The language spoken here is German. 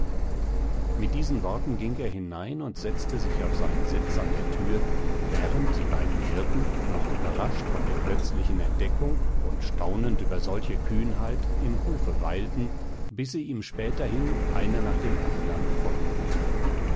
mit diesen worten ging er hinein und setzte sich auf seinen sitz an der thür während die beiden hirten noch überrascht von der plötzlichen entdeckung und staunend über solche kühnheit im hofe weilten bis sie ihm späterhin einer nach dem andern folgten